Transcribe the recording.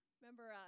Remember